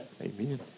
Amen